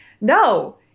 no –